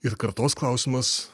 ir kartos klausimas